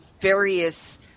various